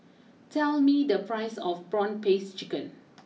tell me the price of Prawn Paste Chicken